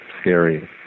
scary